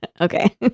Okay